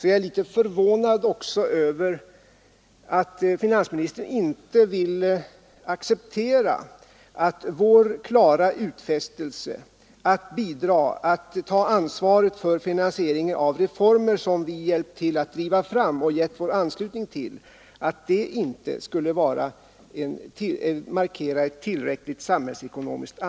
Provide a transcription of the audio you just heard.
Jag är litet förvånad över att han inte vill acceptera, att vår klara utfästelse att ta ansvaret för finansieringen av reformer som vi hjälpt till att driva fram och givit vår anslutning till markerar en tillräcklig omsorg om samhällsekonomin.